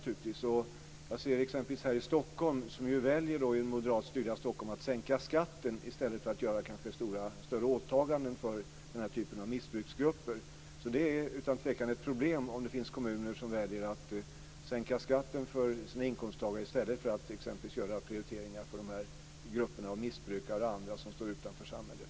Här i det moderatstyrda Stockholm t.ex. väljer man att sänka skatten i stället för att göra större åtaganden för den här typen av missbruksgrupper. Det är utan tvekan ett problem att det finns kommuner som väljer att sänka skatten för sina inkomsttagare i stället för att exempelvis prioritera gruppen av missbrukare och andra som står utanför samhället.